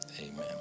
amen